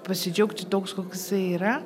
pasidžiaugti toks koks jisai yra